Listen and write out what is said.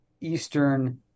Eastern